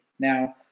Now